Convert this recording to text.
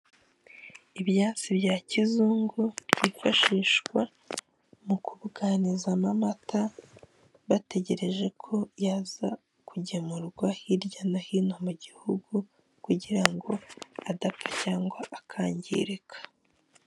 Ibyansi bya kizungu byifashishwa mu kuganizamo amata bategereje ko yaza kugemurwa hirya no hino mu gihugu kugira ngo adapfa cyangwa akangirika.